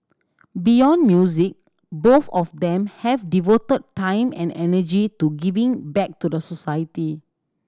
beyond music both of them have devoted time and energy to giving back to society